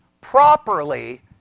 properly